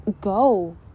go